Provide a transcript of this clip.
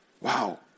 Wow